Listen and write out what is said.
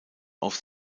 auf